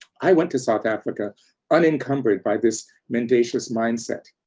i went to south africa unencumbered by this mendacious mind-set.